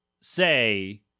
say